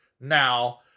now